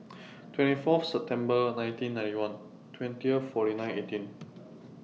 twenty four September nineteen ninety one twenty forty nine eighteen